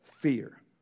fear